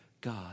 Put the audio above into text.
God